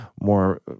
more